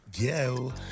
go